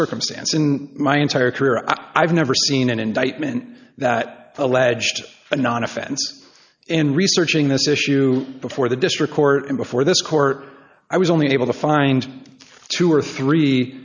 circumstance in my entire career i have never seen an indictment that alleged and non offensive in researching this issue before the district court and before this court i was only able to find two or three